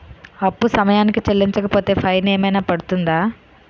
అప్పు సమయానికి చెల్లించకపోతే ఫైన్ ఏమైనా పడ్తుంద?